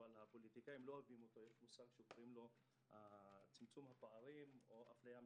אבל הפוליטיקאים לא אוהבים את המושג שנקרא צמצום פערים או אפליה מתקנת.